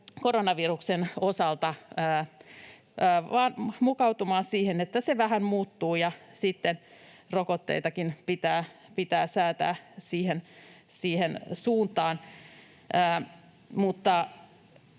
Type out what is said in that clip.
koronaviruksenkin osalta vain mukautumaan siihen, että se vähän muuttuu ja sitten rokotteitakin pitää säätää siihen suuntaan.